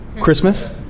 Christmas